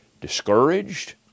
discouraged